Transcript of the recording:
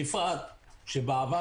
בפרט שבעבר,